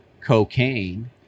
cocaine